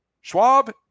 Schwab